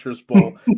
Bowl